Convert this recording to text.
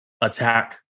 attack